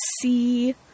see